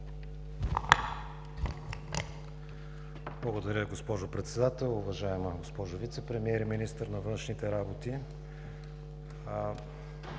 Благодаря, госпожо Председател. Уважаема госпожо Вицепремиер и министър на външните работи,